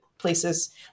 places